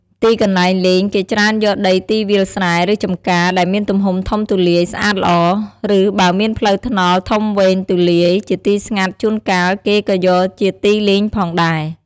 ទឹកន្លែងលេង គេច្រើនយកទីដីវាលស្រែ ឬចម្ការ ដែលមានទំហំធំទូលាយ ស្អាតល្អ ឬបើមានផ្លូវថ្នល់ធំវែងទូលាយជាទីស្ងាត់ជួនកាលគេក៏យកជាទីលេងផងដែរ ។